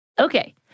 Okay